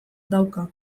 dauka